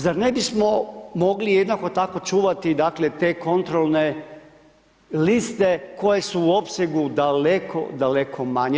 Zar ne bismo mogli jednako tako čuvati i dakle te kontrolne liste koje su u opsegu daleko, daleko manje?